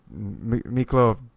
Miklo